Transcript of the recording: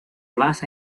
basa